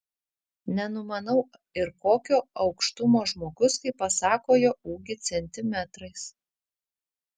nenumanau ir kokio aukštumo žmogus kai pasako jo ūgį centimetrais